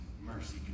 mercy